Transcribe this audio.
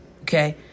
Okay